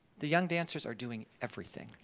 the young dancers are doing everything.